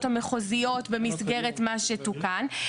שכאן,